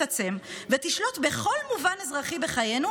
תתעצם ותשלוט בכל מובן אזרחי בחיינו,